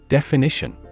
Definition